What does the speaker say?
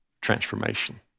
Transformation